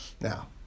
Now